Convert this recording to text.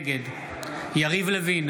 נגד יריב לוין,